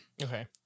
Okay